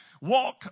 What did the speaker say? Walk